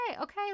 okay